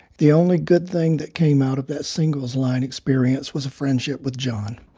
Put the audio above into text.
the only good thing that came out of that singles line experience was a friendship with john.